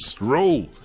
roll